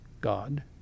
God